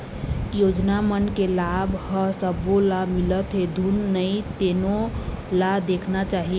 योजना मन के लाभ ह सब्बो ल मिलत हे धुन नइ तेनो ल देखना चाही